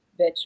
bitch